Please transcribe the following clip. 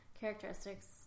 characteristics